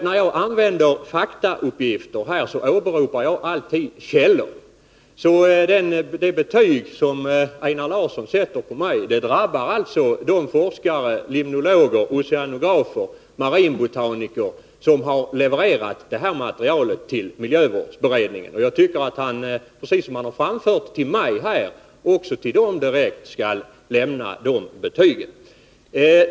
När jag här använder faktauppgifter, så åberopar jag alltid källor. Det betyg som Einar Larsson sätter på mig drabbar alltså de forskare — limnologer, oceanografer och marinbotaniker — som levererat det här materialet till miljövårdsberedningen. Jag tycker att Einar Larsson direkt till dessa skulle ge det här betyget.